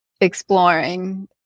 exploring